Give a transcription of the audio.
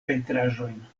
pentraĵojn